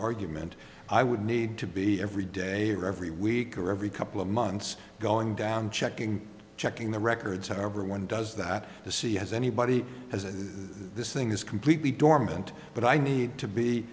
argument i would need to be every day or every week or every couple of months going down checking checking the records of every one does that to see as anybody has and this thing is completely dormant but i need to be